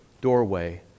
doorway